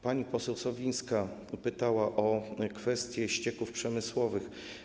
Pani poseł Sowińska pytała o kwestie ścieków przemysłowych.